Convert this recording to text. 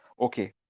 Okay